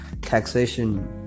taxation